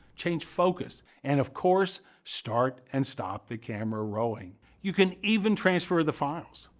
change focus, and of course start and stop the camera rolling. you can even transfer the files.